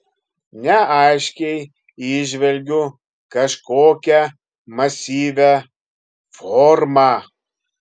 neaiškiai įžvelgiu kažkokią masyvią formą